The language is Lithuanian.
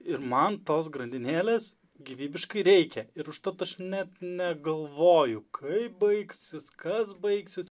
ir man tos grandinėlės gyvybiškai reikia ir užtat aš net negalvoju kaip baigsis kas baigsis